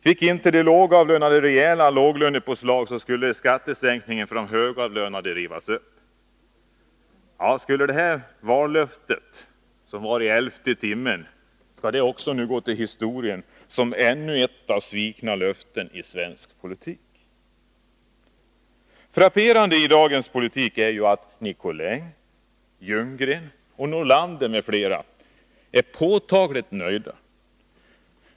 Fick inte de lågavlönade rejäla lönepåslag, skulle skattesänkningen för de högavlönade rivas upp. Skall detta vallöfte, som kom i elfte timmen, också gå till historien som ännu ett av svikna löften i svensk politik? Frapperande i dagens politik är att Nicolin, Ljunggren, Nordlander m.fl. är påtagligt nöjda.